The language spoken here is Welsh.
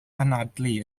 anadlu